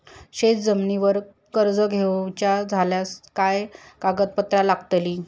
शेत जमिनीवर कर्ज घेऊचा झाल्यास काय कागदपत्र लागतली?